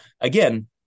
again